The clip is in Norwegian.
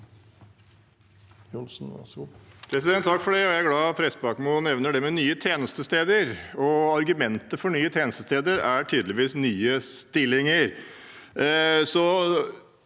Jeg er glad Prestbakmo nevner det med nye tjenestesteder, og argumentet for nye tjenestesteder er tydeligvis nye stillinger.